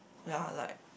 ya like